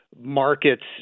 markets